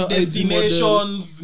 Destinations